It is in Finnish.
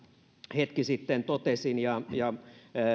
hetki sitten totesin ja ja